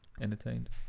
entertained